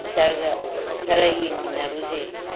ꯁꯥꯔꯒ ꯈꯔ ꯌꯦꯡꯃꯤꯟꯅꯔꯨꯁꯦ